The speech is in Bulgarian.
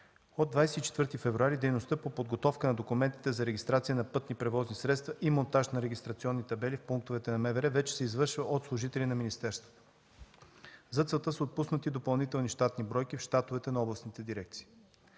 от 24 февруари дейността по подготовка на документите за регистрация на пътни превозни средства и монтаж на регистрационни табели в пунктовете на МВР вече се извършва от служители на министерството. За целта са отпуснати допълнителни щатни бройки в щатовете на областните дирекции.